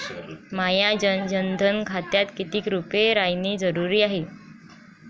माह्या जनधन खात्यात कितीक रूपे रायने जरुरी हाय?